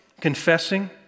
confessing